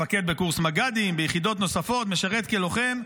מפקד בקורס מג"דים וביחידות נוספות, משרת כלוחם.